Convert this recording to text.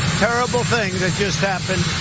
terrible thing that just happened.